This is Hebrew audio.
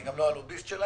אני גם לא הלוביסט שלהם,